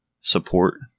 support